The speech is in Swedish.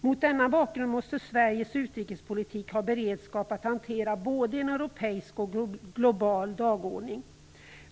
Mot denna bakgrund måste Sveriges utrikespolitik ha beredskap att hantera både en europeisk och en global dagordning.